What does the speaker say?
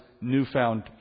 newfound